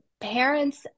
parents